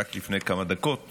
עשר דקות לרשותך,